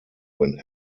when